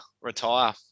retire